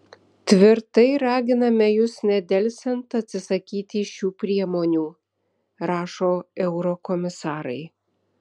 tvirtai raginame jus nedelsiant atsisakyti šių priemonių rašo eurokomisarai